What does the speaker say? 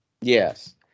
Yes